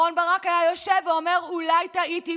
אהרן ברק היה יושב ואומר: אולי טעיתי.